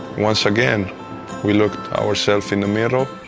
once again we looked ourselves in the mirror,